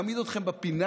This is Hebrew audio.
יעמיד אתכם בפינה?